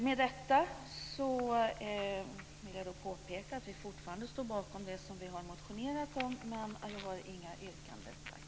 Med detta vill jag påpeka att vi fortfarande står bakom det som vi har motionerat om, men vi har inga yrkanden. Tack!